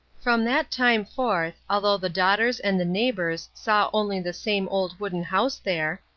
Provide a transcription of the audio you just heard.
from that time forth, although the daughters and the neighbors saw only the same old wooden house there,